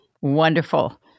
Wonderful